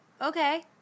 Okay